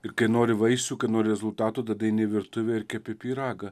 ir kai nori vaisių kai nori rezultatų tada eini į virtuvę ir kepi pyragą